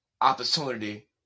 opportunity